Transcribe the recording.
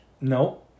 No